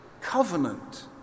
covenant